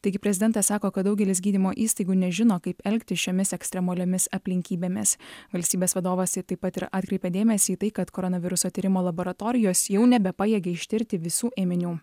taigi prezidentas sako kad daugelis gydymo įstaigų nežino kaip elgtis šiomis ekstremaliomis aplinkybėmis valstybės vadovas tai taip pat ir atkreipė dėmesį į tai kad koronaviruso tyrimo laboratorijos jau nebepajėgia ištirti visų ėminių